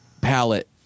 palette